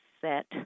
set